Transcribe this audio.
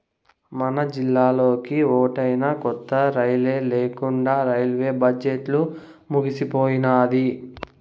మనజిల్లాకి ఓటైనా కొత్త రైలే లేకండా రైల్వే బడ్జెట్లు ముగిసిపోయినాది